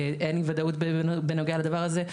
אין ודאות בנוגע לדבר הזה.